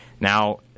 Now